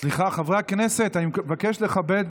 סליחה, חברי הכנסת, אני מבקש לכבד